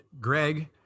Greg